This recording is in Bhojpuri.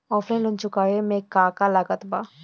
ऑफलाइन लोन चुकावे म का का लागत बा?